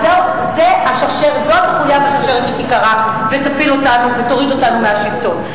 אז זאת החוליה בשרשרת שתיקרע ותפיל אותנו ותוריד אותנו מהשלטון.